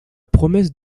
promesse